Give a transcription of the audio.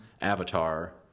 avatar